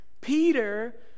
Peter